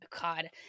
God